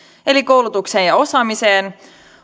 eli koulutukseen ja osaamiseen